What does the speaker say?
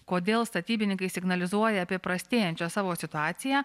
kodėl statybininkai signalizuoja apie prastėjančią savo situaciją